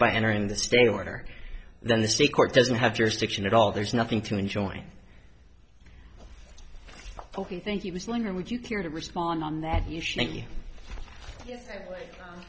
by entering the state order then the state court doesn't have jurisdiction at all there's nothing to enjoy so he thinks he was lying or would you care to respond on that